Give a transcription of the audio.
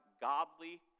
godly